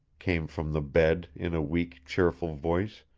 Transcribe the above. came from the bed in a weak, cheerful voice.